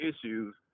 issues